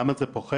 למה זה פוחת?